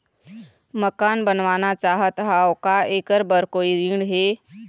मकान बनवाना चाहत हाव, का ऐकर बर कोई ऋण हे?